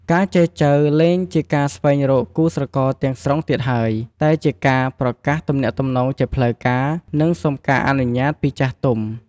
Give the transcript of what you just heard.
ការចែចូវលែងជាការស្វែងរកគូស្រករទាំងស្រុងទៀតហើយ តែជាការប្រកាសទំនាក់ទំនងជាផ្លូវការ និងសុំការអនុញ្ញាតពីចាស់ទុំ។